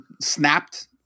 snapped